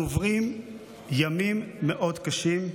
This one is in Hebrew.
אנחנו עוברים ימים מאוד קשים,